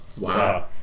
Wow